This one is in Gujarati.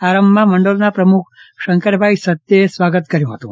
આરંભમાં મંડળના પ્રમુખ શંકરભાઈ સચદે સ્વાગત કર્યું હતું